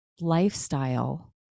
lifestyle